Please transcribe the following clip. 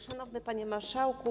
Szanowny Panie Marszałku!